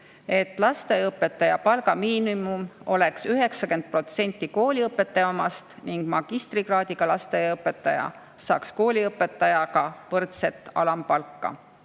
et lasteaiaõpetaja palgamiinimum oleks 90% kooliõpetaja omast ning magistrikraadiga lasteaiaõpetaja saaks kooliõpetajaga võrdset alampalka.